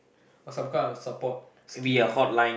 or some kind of support scheme